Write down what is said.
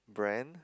brand